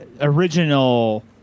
original